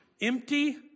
empty